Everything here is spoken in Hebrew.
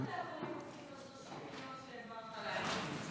מה בתי-החולים עושים ב-30 מיליון שהעברת להם?